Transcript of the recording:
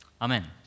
Amen